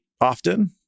often